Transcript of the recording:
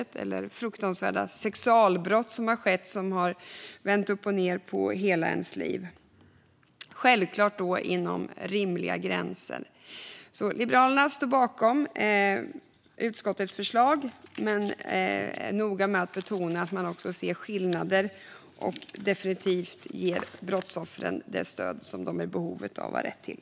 Det kan ha skett fruktansvärda sexualbrott som har vänt upp och ned på hela ens liv. Självklart ska detta då ske inom rimliga gränser. Liberalerna står bakom utskottets förslag men är noga med att betona att man också ska se skillnader och definitivt ge brottsoffren det stöd som de är i behov av och har rätt till.